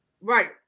Right